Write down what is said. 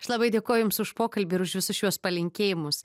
aš labai dėkoju jums už pokalbį ir už visus šiuos palinkėjimus